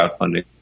crowdfunding